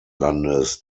landes